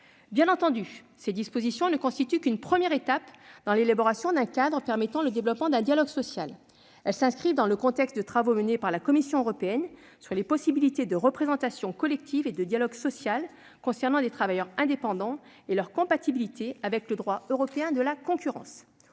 Bien entendu, ces dispositions ne constituent qu'une première étape dans l'élaboration d'un cadre permettant le développement du dialogue social. Elles s'inscrivent dans le contexte de travaux menés par la Commission européenne sur les possibilités de représentation collective et de dialogue social concernant des travailleurs indépendants et leur compatibilité avec le droit européen de la concurrence.